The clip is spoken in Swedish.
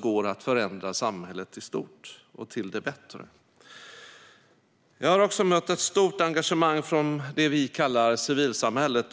går att förändra samhället i stort till det bättre. Jag har också mött ett stort engagemang från det vi kallar civilsamhället.